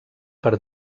per